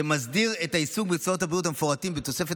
מסדיר את העיסוק במקצועות הבריאות המפורטים בתוספת